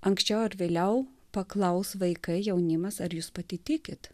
anksčiau ar vėliau paklaus vaikai jaunimas ar jūs pati tikit